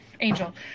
Angel